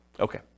Okay